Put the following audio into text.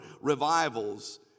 revivals